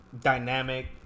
dynamic